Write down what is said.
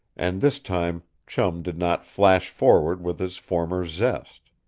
and this time chum did not flash forward with his former zest.